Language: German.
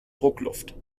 druckluft